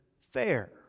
fair